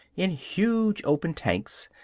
in huge open tanks,